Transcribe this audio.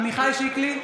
עמיחי שיקלי,